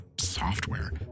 software